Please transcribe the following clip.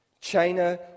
China